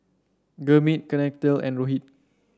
Gurmeet Kaneganti and Rohit